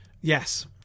Yes